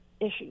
issues